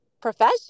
profession